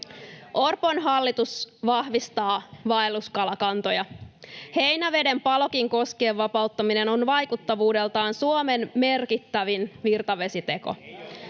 Orpon hallitus vahvistaa vaelluskalakantoja. Heinäveden Palokin koskien vapauttaminen on vaikuttavuudeltaan Suomen merkittävin virtavesiteko.